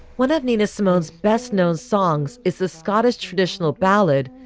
one of nina simone's best known songs is the scottish traditional ballad.